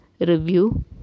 review